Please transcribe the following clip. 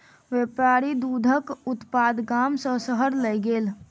व्यापारी दूधक उत्पाद गाम सॅ शहर लय गेल